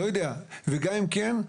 אני לא יודע וגם אם כן,